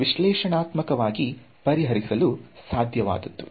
ಹಾಗಾಗಿ ಇವುಗಳನ್ನು ವಿಶ್ಲೇಷಣಾತ್ಮಕವಾಗಿ ಪರಿಹರಿಸಲು ಸಾಧ್ಯವಾದದ್ದು